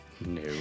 No